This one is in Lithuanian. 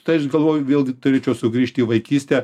tai aš galvoju vėlgi turėčiau sugrįžt į vaikystę